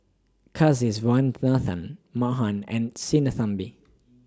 Kasiviswanathan Mahan and Sinnathamby